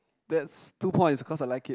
that's two points cause I like it